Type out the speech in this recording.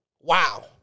Wow